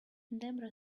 debra